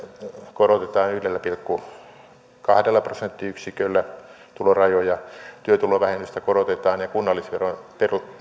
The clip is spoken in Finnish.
korotetaan yhdellä pilkku kahdella prosenttiyksiköllä tulorajoja työtulovähennystä korotetaan ja kunnallisveron